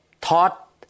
taught